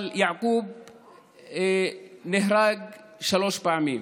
אבל יעקוב נהרג שלוש פעמים.